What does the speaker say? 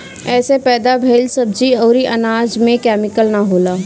एसे पैदा भइल सब्जी अउरी अनाज में केमिकल ना होला